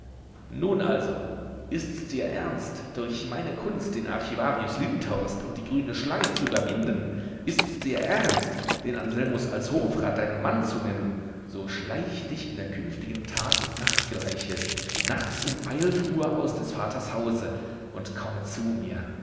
nun also ist's dir ernst durch meine kunst den archivarius lindhorst und die grüne schlange zu überwinden ist's dir ernst den anselmus als hofrat deinen mann zu nennen so schleiche dich in der künftigen tag und nachtgleiche nachts um eilf uhr aus des vaters hause und komme zu mir